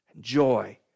joy